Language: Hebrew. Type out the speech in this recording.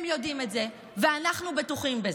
הם יודעים את זה, ואנחנו בטוחים בזה.